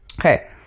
Okay